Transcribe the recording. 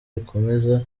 ikomeza